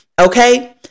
okay